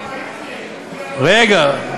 רגע,